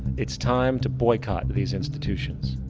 it's time to boycott these institutions.